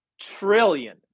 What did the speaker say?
trillion